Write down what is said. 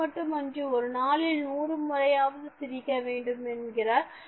அதுமட்டுமின்றி ஒரு நாளில் 100 முறையாவது சிரிக்க வேண்டும் என்கிறார்